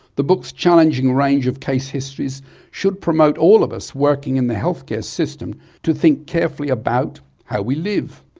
the book's challenging range of case histories should prompt all of us working in the health care system to think carefully about how we live,